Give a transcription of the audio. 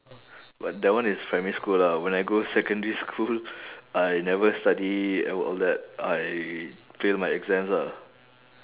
but that one is primary school lah when I go secondary school I never study and all that I fail my exams ah